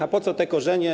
A po co te korzenie?